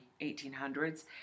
1800s